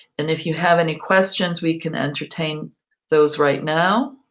and if you have any questions, we can entertain those right now.